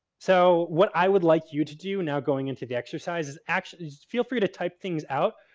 so, what i would like you to do now going into the exercise is actually just feel free to type things out.